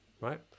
Right